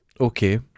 Okay